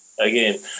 Again